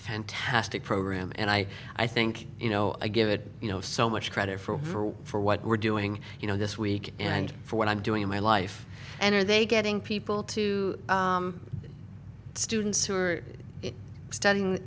fantastic program and i i think you know i give it you know so much credit for for what we're doing you know this week and for what i'm doing in my life and are they getting people to students who are studying